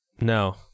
No